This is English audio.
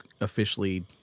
officially